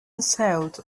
sailed